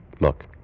Look